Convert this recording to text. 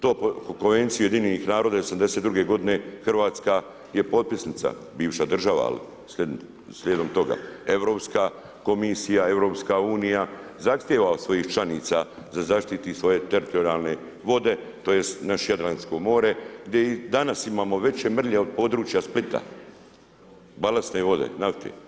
To po Konvenciji UN '82. g. Hrvatska je potpisnica, bivša država, ali slijedom toga, Europska komisija, EU, zahtjeva od svojih članica da zaštiti svoje teritorijalne vode, tj. naše Jadransko more, gdje i danas imamo veće mrlje od područja Splita, balansne vode, nafte.